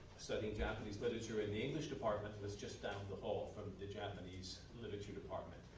studying japanese literature. and the english department was just down the hall from the japanese literature department.